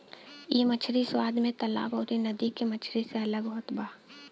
इ मछरी स्वाद में तालाब अउरी नदी के मछरी से अलग होत बा